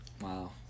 wow